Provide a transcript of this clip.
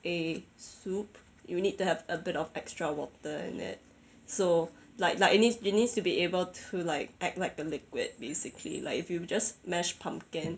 a soup you need to have a bit of extra water in it so like like it needs it needs to be able to like act like a liquid basically like if you've just mashed pumpkin